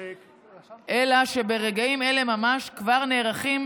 אלא שברגעים אלה ממש כבר נערכים